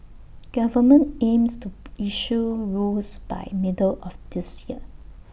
government aims to issue rules by middle of this year